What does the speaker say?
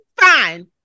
fine